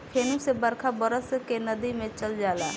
फेनू से बरखा बरस के नदी मे चल जाला